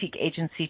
agency